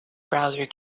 browser